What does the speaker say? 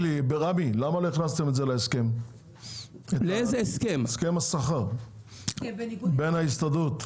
למה לא הכנסתם את זה להסכם השכר בין ההסתדרות?